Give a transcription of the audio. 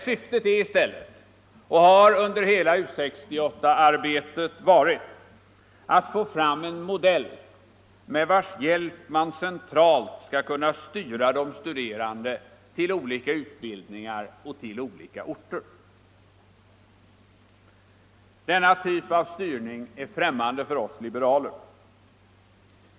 Syftet är i stället och har under hela U 68-arbetet varit att få fram en modell med vars hjälp man centralt skall kunna styra de studerande till olika utbildningar och till olika orter. Denna typ av styrning är främmande för oss liberaler.